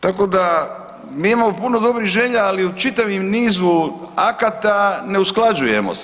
Tako da mi imamo puno dobrih želja, ali u čitavom nizu akata neusklađujemo se.